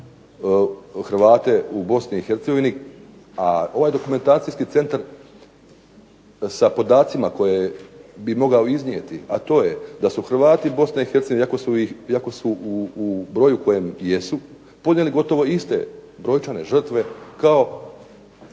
Hercegovini. A ovaj dokumentacijski centar sa podacima koje bi mogao iznijeti a to je da su Hrvati Bosne i Hercegovine iako su u broju u kojem jesu podnijeli gotovo iste brojčane žrtve kao